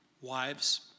Wives